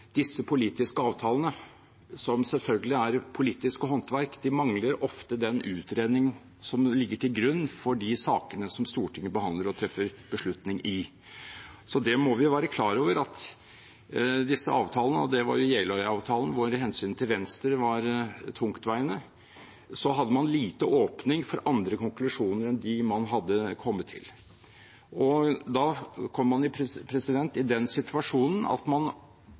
disse politiske avtalene, som selvfølgelig er politiske håndverk, ofte mangler den utredning som ligger til grunn for de sakene som Stortinget behandler og treffer beslutning i. Det vi må være klar over, er at i disse avtalene – dette var jo Jeløya-avtalen, hvor hensynet til Venstre var tungtveiende – hadde man lite åpning for andre konklusjoner enn dem man hadde kommet til. Da kom man i den situasjonen at man